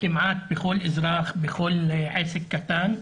כמעט בכל אזרח, בכל עסק קטן,